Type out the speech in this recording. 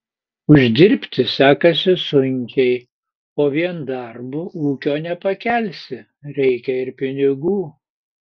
uždirbti sekasi sunkiai o vien darbu ūkio nepakelsi reikia ir pinigų